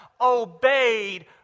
Obeyed